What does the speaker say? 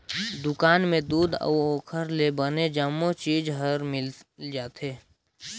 दुकान में दूद अउ ओखर ले बने जम्मो चीज हर मिल जाथे